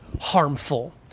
harmful